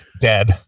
dead